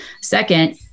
Second